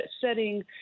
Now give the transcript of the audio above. setting